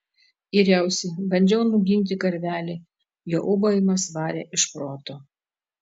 yriausi bandžiau nuginti karvelį jo ūbavimas varė iš proto